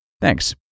Thanks